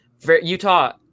Utah